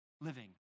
living